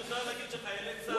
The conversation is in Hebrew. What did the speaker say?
זה מותר להגיד, שחיילי צה"ל, ?